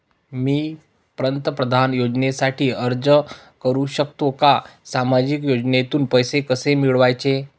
मी पंतप्रधान योजनेसाठी अर्ज करु शकतो का? सामाजिक योजनेतून पैसे कसे मिळवायचे